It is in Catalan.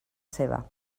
seva